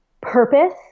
purpose